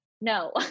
No